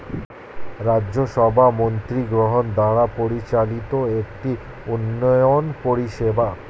রাজ্য সভা মন্ত্রীগণ দ্বারা পরিচালিত একটি উন্নয়ন পরিষেবা